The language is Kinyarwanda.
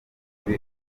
kuri